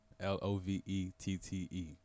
l-o-v-e-t-t-e